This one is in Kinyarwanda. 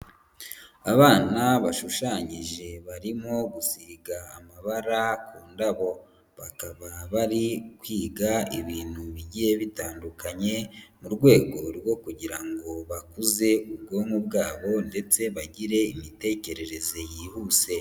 Abana bashushanyije barimo gusiga amabara ku indabo, bakaba bari kwiga ibintu bigiye bitandukanye mu rwego rwo kugira ngo bakuze ubwonko bwabo ndetse bagire imitekerereze yihuse.